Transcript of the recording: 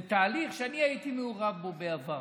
זה תהליך שאני הייתי מעורב בו בעבר.